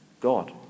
God